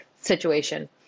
situation